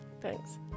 Thanks